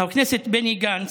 חבר הכנסת בני גנץ,